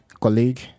colleague